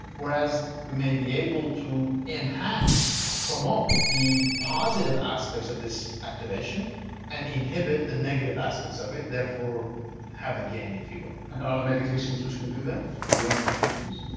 whereas we may be able to enhance, promote the positive aspects of this activation and inhibit the negative aspects of it therefore have a gain if you will. and are there medications which can do that known medications?